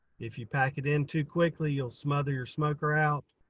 if you pack it into quickly you'll smother your smoker out.